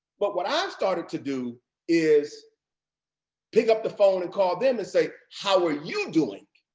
but what i've started to do is pick up the phone and call them and say, how are you doing?